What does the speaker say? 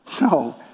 No